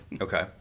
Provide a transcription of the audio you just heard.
Okay